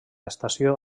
estació